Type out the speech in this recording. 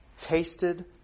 Tasted